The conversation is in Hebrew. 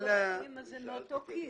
זה מאותו כיס.